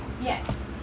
Yes